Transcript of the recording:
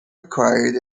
required